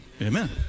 amen